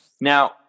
Now